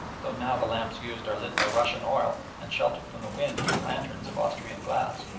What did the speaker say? though now the lamps used are lit by russian oil and sheltered from the wind in lanterns of austrian glass.